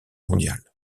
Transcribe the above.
mondiale